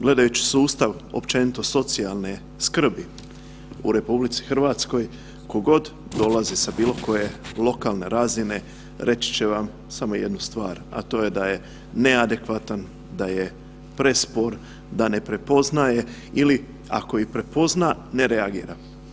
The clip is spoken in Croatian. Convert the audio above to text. Gledajući sustav općenito socijalne skrbi u RH tko god dolazi sa bilo koje lokalne razine reći će vam samo jednu stvar, a to je da je neadekvatan, da je prespor, da ne prepoznaje ili ako i prepozna ne reagira.